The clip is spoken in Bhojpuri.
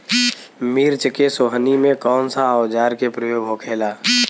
मिर्च के सोहनी में कौन सा औजार के प्रयोग होखेला?